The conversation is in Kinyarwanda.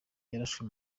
yarashwe